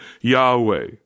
Yahweh